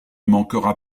manquera